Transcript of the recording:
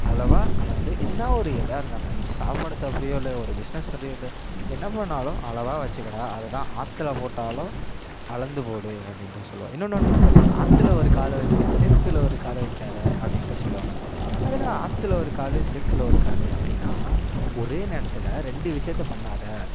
அளவாக அளந்து என்ன ஒரு இதா இருந்தாலும் அன்னைக்கி சாப்பாடு சாப்பிடுறியோ இல்லையோ ஒரு பிஸ்னஸ் பண்ணுறியோ இல்லை என்ன பண்ணாலும் அளவாக வச்சுக்கடா அதுதான் ஆற்றில போட்டாலும் அளந்து போடு அப்படின்ட்டு சொல்வோம் இன்னொன்று ஒன்று ஆற்றில ஒரு காலை வச்சுட்டு சேற்றில ஒரு காலை வைக்காத அப்படின்ட்டு சொல்வாங்க அது என்னடா ஆற்றில ஒரு கால் சேற்றில ஒரு கால் அப்படினா ஒரே நேரத்தில் ரெண்டு விஷயத்த பண்ணாதே